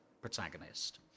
protagonist